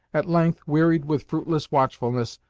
at length, wearied with fruitless watchfulness,